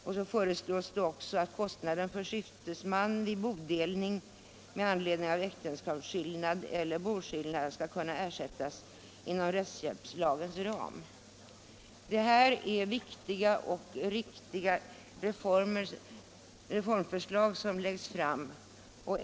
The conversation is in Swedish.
Vidare föreslås att kostnaden för skiftesman vid bodelning med anledning av äktenskapsskillnad eller boskillnad skall kunna ersättas inom rättshjälpslagens ram. Detta är viktiga och riktiga reformförslag.